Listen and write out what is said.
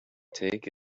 take